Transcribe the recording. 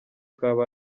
kaba